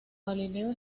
galileo